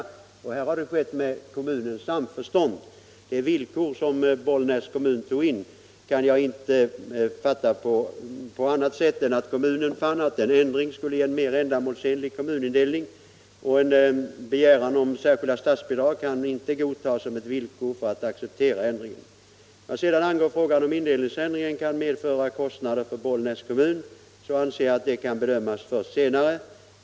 I det här fallet har det skett med kommunens samförstånd. Det villkor som Bollnäs kommun tog in kan jag inte fatta på annat sätt än att kommunen fann att en ändring skulle ge en mer ändamålsenlig kommunindelning, och en begäran om särskilda statsbidrag kan inte godtas som ett villkor för att acceptera ändringen. Vad sedan angår frågan om indelningsändringen kan medföra kostnader för Bollnäs kommun anser jag att det kan bedömas först senare.